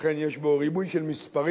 לכן יש פה ריבוי של מספרים.